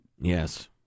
Yes